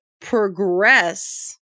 progress